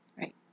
Right